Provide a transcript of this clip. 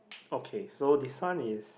okay so this one is